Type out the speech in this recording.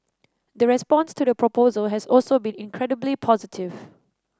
the response to the proposal has also been incredibly positive